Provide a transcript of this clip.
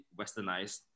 westernized